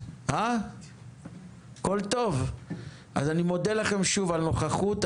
אני שוב מודה לכם על הנוכחות,